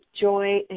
joy